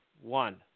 one